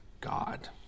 god